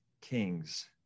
Kings